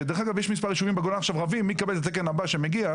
דרך אגב יש מספר ישובים בגולן שעכשיו רבים מי יקבל את התקן הבא שיגיע,